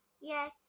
Yes